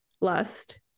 lust